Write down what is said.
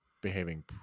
behaving